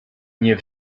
nie